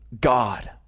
God